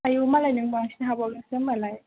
आयु मालाय नों बांसिन हाबावदोंसो होनबालाय